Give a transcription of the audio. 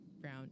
brown